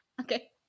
Okay